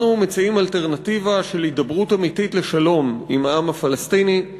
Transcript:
אנחנו מציעים אלטרנטיבה של הידברות אמיתית לשלום עם העם הפלסטיני,